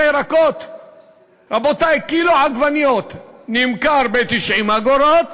רבותי, קילו עגבניות נמכר ב-90 אגורות,